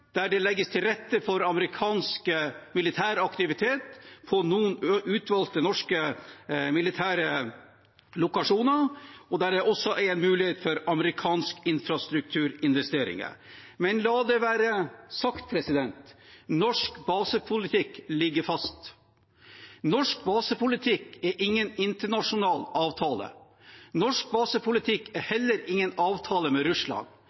der det legges til rette for amerikansk militær aktivitet på noen utvalgte norske militære lokasjoner, og der det også er en mulighet for amerikanske infrastrukturinvesteringer. Men la det være sagt: Norsk basepolitikk ligger fast. Norsk basepolitikk er ingen internasjonal avtale. Norsk basepolitikk er heller ingen avtale med Russland.